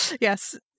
Yes